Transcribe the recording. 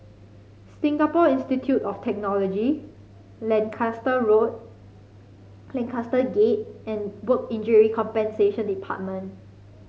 Singapore Institute of Technology Lancaster Road Lancaster Gate and Work Injury Compensation Department